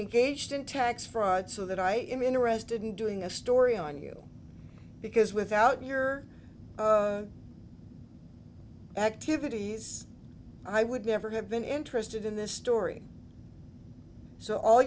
gauged in tax fraud so that i am interested in doing a story on you because without your activities i would never have been interested in this story so all